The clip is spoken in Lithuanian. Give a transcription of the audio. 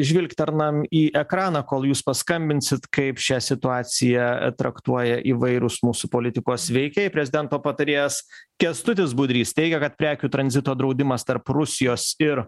žvilgternam į ekraną kol jūs paskambinsit kaip šią situaciją traktuoja įvairūs mūsų politikos veikėjai prezidento patarėjas kęstutis budrys teigia kad prekių tranzito draudimas tarp rusijos ir